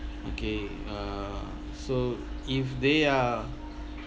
okay err so if they are